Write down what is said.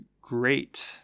great